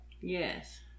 Yes